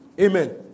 Amen